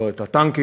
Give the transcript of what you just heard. לא את הטנקים,